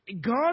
God